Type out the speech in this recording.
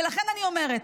ולכן אני אומרת,